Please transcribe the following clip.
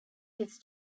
his